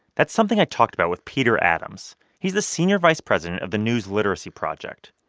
that's something i talked about with peter adams. he's the senior vice president of the news literacy project.